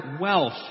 wealth